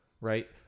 right